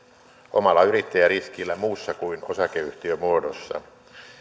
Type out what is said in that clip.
omalla yrittäjäriskillä muussa kuin osakeyhtiömuodossa